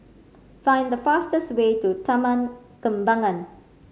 find the fastest way to Taman Kembangan